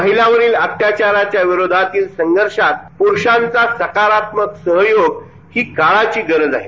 महिलांवरीलअत्याचाराच्या विरोधातील संघर्षात पुरुषांचा सकारात्मक सहयोग ही काळाची गरज आहे